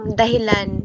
dahilan